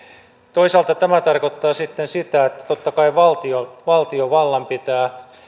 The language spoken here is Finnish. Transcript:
toisaalta tämä tarkoittaa sitten sitä että totta kai valtiovallan pitää